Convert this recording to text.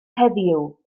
heddiw